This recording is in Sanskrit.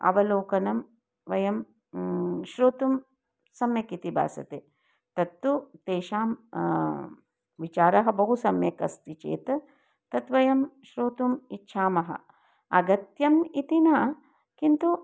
अवलोकनं वयं श्रोतुं सम्यक् इति भासते तत्तु तेषां विचारः बहु सम्यक् अस्ति चेत् तत् वयं श्रोतुम् इच्छामः अगत्यम् इति न किन्तु